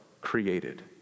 created